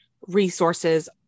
resources